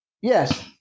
Yes